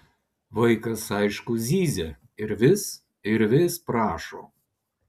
vaikas aišku zyzia ir vis ir vis prašo